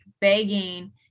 begging